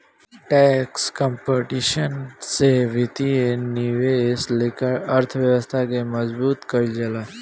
tax competition से वित्तीय निवेश लेके अर्थव्यवस्था के मजबूत कईल जाला